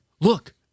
look